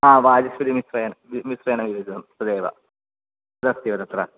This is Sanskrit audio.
वाचस्पतिमिश्रेण मिश्रेण विरचितं तदेव तदस्ति वा तत्र